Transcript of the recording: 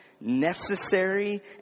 necessary